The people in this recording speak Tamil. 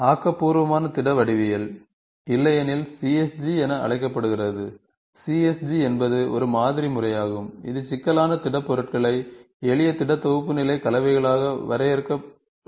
ஆக்கபூர்வமான திட வடிவியல் இல்லையெனில் CSG என அழைக்கப்படுகிறது CSG என்பது ஒரு மாதிரி முறையாகும் இது சிக்கலான திடப்பொருட்களை எளிய திட தொகுப்பு நிலை கலவைகளாக வரையறுக்கிறது